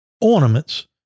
ornaments